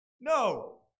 No